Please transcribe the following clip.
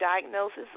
diagnosis